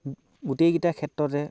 গোটেইকেইটা ক্ষেত্ৰতে